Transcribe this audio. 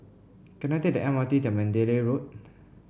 can I take the M R T to Mandalay Road